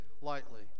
lightly